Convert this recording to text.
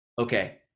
Okay